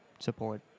support